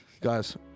guys